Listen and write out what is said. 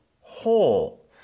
whole